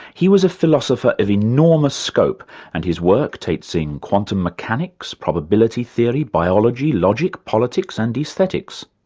he was a philosopher of enormous scope and his work takes in quantum mechanics, probability theory, biology, logic, politics and aesthetics.